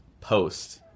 post